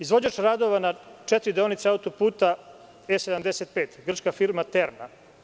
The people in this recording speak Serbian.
Izvođač radova na četiri deonice autoputa E75 je grčka firma „Terna“